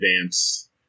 advance